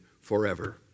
forever